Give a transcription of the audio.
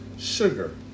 Sugar